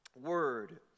word